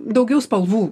daugiau spalvų